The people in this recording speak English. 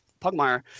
Pugmire